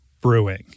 Brewing